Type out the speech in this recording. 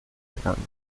gegangen